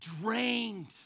drained